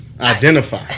identify